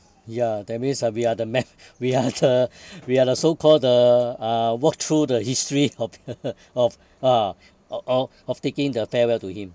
ya that means ah we are the man we are the we are the so-called the uh walk through the history of of ah o~ of of taking the farewell to him